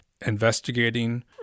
Investigating